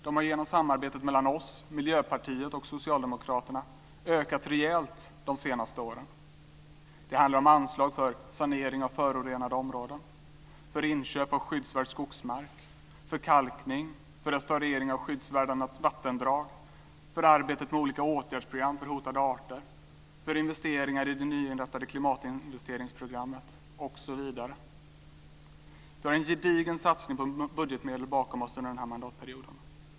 De har genom samarbetet mellan oss, Miljöpartiet och Socialdemokraterna ökat rejält de senaste åren. Det handlar om anslag för sanering av förorenade områden, inköp av skyddsvärd skogsmark, kalkning, restaurering av skyddsvärda vattendrag, arbetet med olika åtgärdsprogram för hotade arter, investeringar i det nyinrättade klimatinvesteringsprogrammet osv. Vi har en gedigen satsning på budgetmedel bakom oss under den här mandatperioden.